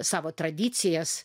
savo tradicijas